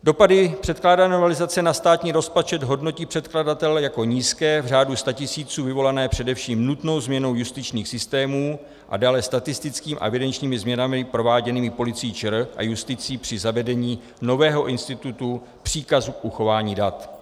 Dopady předkládané novelizace na státní rozpočet hodnotí předkladatel jako nízké, v řádu statisíců, vyvolané především nutnou změnou justičních systémů a dále statistickým a evidenčními změnami prováděnými Policí ČR a justicí při zavedení nového institutu příkazu k uchování dat.